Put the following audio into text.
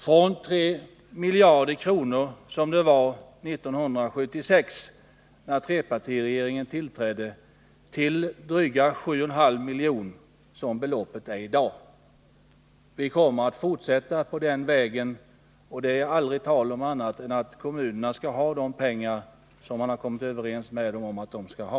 När trepartiregeringen tillträdde 1976 var det 3,5 miljarder kronor, och det har nu ökats till dryga 7,5 miljarder. Vi kommer att fortsätta på den vägen, och det blir för vår del inte tal om annat än att kommunerna skall ha de pengar som man kommit överens med dem om att de skall ha.